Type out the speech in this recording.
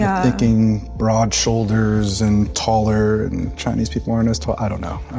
yeah thinking broad shoulders, and taller, and chinese people aren't as tall, i don't know.